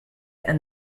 and